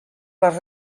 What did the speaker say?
les